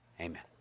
Amen